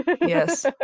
yes